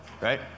right